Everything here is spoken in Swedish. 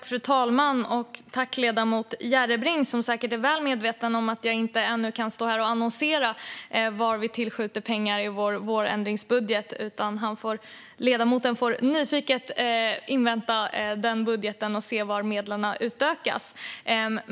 Fru talman! Jag tackar ledamoten Järrebring, som säkert är väl medveten om att jag ännu inte kan stå här och annonsera till vad vi tillskjuter pengar i vår vårändringsbudget. Ledamoten får nyfiket invänta denna budget för att se var medlen utökas.